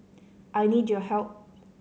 I need your help